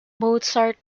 mozart